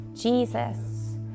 Jesus